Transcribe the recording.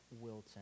Wilton